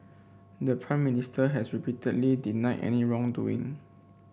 the Prime Minister has repeatedly denied any wrongdoing